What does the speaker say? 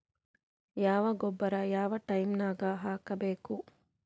ಯಾವ ಗೊಬ್ಬರ ಯಾವ ಟೈಮ್ ನಾಗ ಹಾಕಬೇಕು?